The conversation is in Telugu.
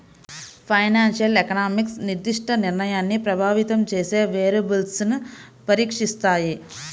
ఫైనాన్షియల్ ఎకనామిక్స్ నిర్దిష్ట నిర్ణయాన్ని ప్రభావితం చేసే వేరియబుల్స్ను పరీక్షిస్తాయి